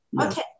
Okay